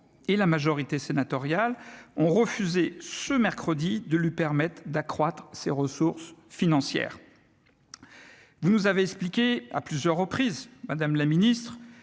et la majorité sénatoriale ont refusé, ce mercredi, de lui permettre d'accroître ses ressources financières ? Vous nous avez expliqué à plusieurs reprises, madame la ministre